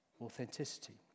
authenticity